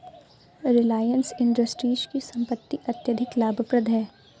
Reliance Industries की संपत्ति अत्यधिक लाभप्रद है